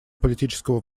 политического